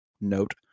note